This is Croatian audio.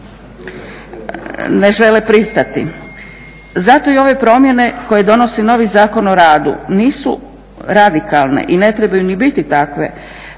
ne žele pristati. Zato i ove promjene koje donosi novi Zakon o radu nisu radikalne i ne trebaju ni biti takve